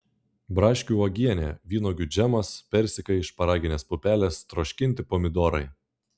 braškių uogienė vynuogių džemas persikai šparaginės pupelės troškinti pomidorai